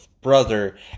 brother